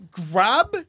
grab